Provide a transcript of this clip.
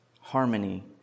harmony